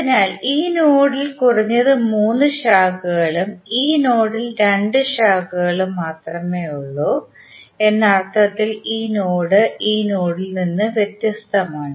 അതിനാൽ ഈ നോഡിൽ കുറഞ്ഞത് മൂന്ന് ശാഖകളും ഈ നോഡിൽ രണ്ട് ശാഖകളും മാത്രമേ ഉള്ളൂ എന്ന അർത്ഥത്തിൽ ഈ നോഡ് ഈ നോഡിൽ നിന്ന് വ്യത്യസ്തമാണ്